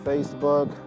Facebook